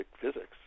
physics